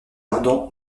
ardan